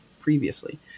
previously